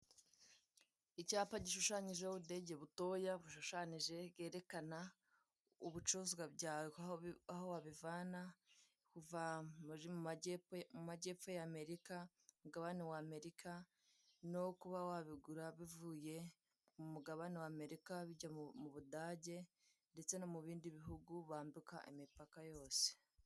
Icyapa gishushanyijeho ubudege butoye bushushanyije bwerekana ubucuruzwa byawe aho wabivana, kuva mu majyepfo mu majyepfo ya amerika ku mugabane wa amerika no kuba wabigura bivuye mu mugabane wa amerika bijya mu budage, ndetse mu bindi bihugu bambuka imipaka yose.